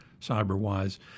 cyber-wise